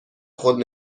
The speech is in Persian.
خود